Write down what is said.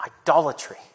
Idolatry